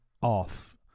off